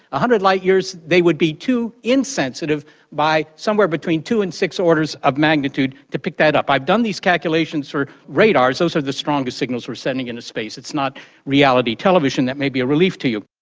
ah hundred light years, they would be too insensitive by somewhere between two and six orders of magnitude to pick that up. i've done these calculations for radars, those are the strongest signals we are sending into space. it's not reality television, that may be a relief to you.